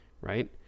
right